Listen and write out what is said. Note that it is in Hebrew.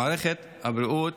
מערכת הבריאות